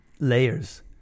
layers